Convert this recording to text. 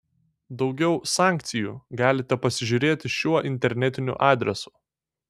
daugiau sankcijų galite pasižiūrėti šiuo internetiniu adresu